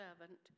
servant